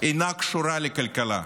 אינה קשורה לכלכלה.